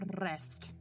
rest